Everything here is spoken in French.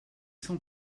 cent